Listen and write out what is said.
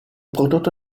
prodotto